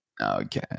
Okay